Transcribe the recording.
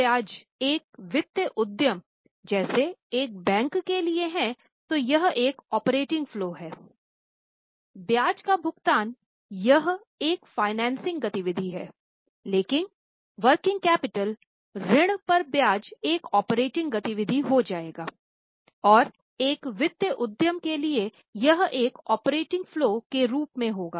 ब्याज का भुगतान यह एक फाइनेंसिंग कैपिटल ऋण पर ब्याज एक ऑपरेटिंग गति विधि हो जाएगा और एक वित्त उद्यम के लिए यह एक ऑपरेटिंग फलो के रूप में होगा